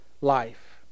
life